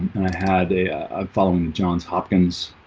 and i had a following the johns hopkins